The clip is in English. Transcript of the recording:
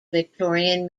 victorian